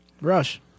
Rush